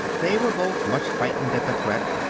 they were both much frightened at the threat,